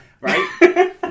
Right